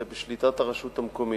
היא בשליטת הרשות המקומית.